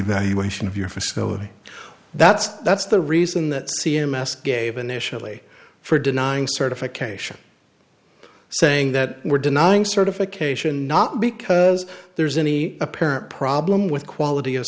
evaluation of your facility that's that's the reason that c m s gave initially for denying certification saying that we're denying certification not because there's any apparent problem with quality of